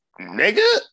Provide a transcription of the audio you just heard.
nigga